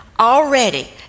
already